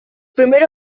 primer